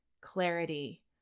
clarity